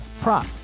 prop